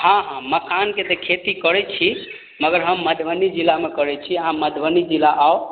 हँ हँ मखानके तऽ खेती करय छी मगर हम मधुबनी जिलामे करय छी अहाँ मधुबनी जिला आउ